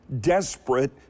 desperate